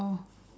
oh